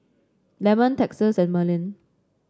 Lemon Texas and Merlin